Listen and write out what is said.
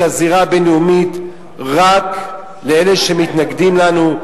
הזירה הבין-לאומית רק לאלה שמתנגדים לנו,